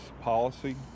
policy